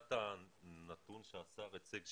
מבחינת הנתון שהשר הציג,